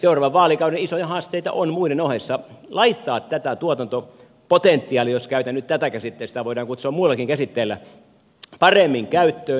seuraavan vaalikauden isoja haasteita on muiden ohessa ottaa tätä tuotantopotentiaalia jos käytän nyt tätä käsitettä sitä voidaan kutsua muullakin käsitteellä paremmin käyttöön